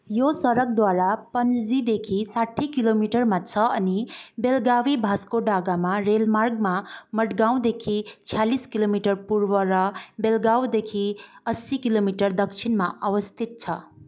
यो सडकद्वारा पणजीदेखि साठी किलोमिटरमा छ अनि बेलगावी भास्को डा गामा रेलमार्गमा मडगाउँदेखि छ्यालिस किलोमिटर पूर्व र बेलगावदेखि असी किलोमिटर दक्षिणमा अवस्थित छ